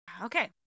Okay